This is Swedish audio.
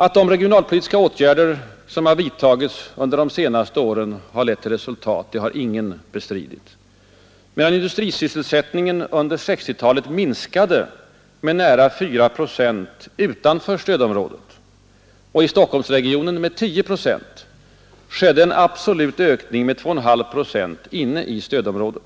Att de regionalpolitiska åtgärder som vidtagits under de senaste åren har lett till resultat har ingen bestritt. Medan industrisysselsättningen under 1960-talet minskade med nära 4 procent utanför stödområdet och i Stockholmsregionen med 10 procent, skedde en absolut ökning med 2,5 procent i stödområdet.